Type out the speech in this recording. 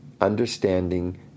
understanding